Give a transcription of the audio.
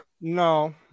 No